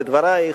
לדברייך,